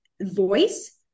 voice